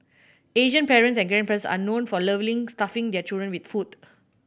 Asian parents and grandparents are known for lovingly stuffing their children with food